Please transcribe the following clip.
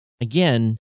again